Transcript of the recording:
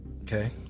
Okay